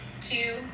two